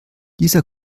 dieser